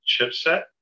chipset